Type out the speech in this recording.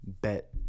Bet